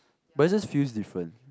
but it just feels different